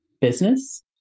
business